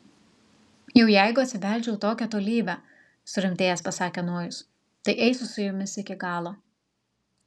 jau jeigu atsibeldžiau tokią tolybę surimtėjęs pasakė nojus tai eisiu su jumis iki galo